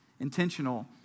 Intentional